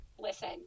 listen